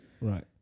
Right